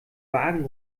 wagen